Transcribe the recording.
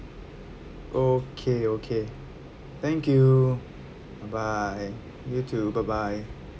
okay okay thank you bye bye you too bye bye